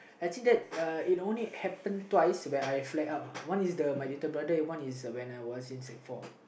actually that uh it only happen twice when I flag up uh one is the my little brother and one is uh when I was in sec four